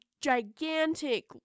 gigantic